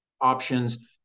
options